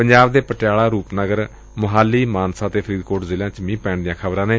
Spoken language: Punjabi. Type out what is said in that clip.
ਪੰਜਾਬ ਦੇ ਪਟਿਆਲਾ ਰੂਪਨਗਰ ਮੋਹਾਲੀ ਮਾਨਸਾ ਅਤੇ ਫਰੀਦਕੋਟ ਜ਼ਿਲ੍ਹਿਆ ਚ ਮੀਹ ਪੈਣ ਦੀਆਂ ਖ਼ਬਰਾਂ ਨੇ